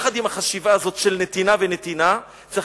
יחד עם החשיבה הזאת של נתינה ונתינה צריך